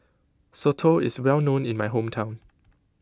Soto is well known in my hometown